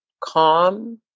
calm